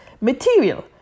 material